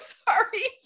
sorry